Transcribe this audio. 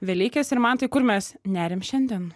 velykis ir mantai kur mes neriam šiandien